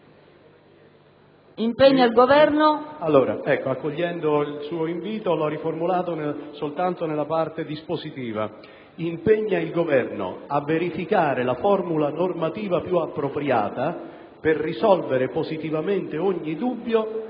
«impegna il Governo a verificare la formula normativa più appropriata per risolvere positivamente ogni dubbio